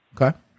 Okay